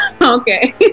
okay